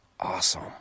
Awesome